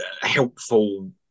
helpful